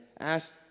asked